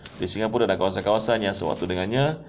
di singapura dan kawasan-kawasan yang sewaktu dengannya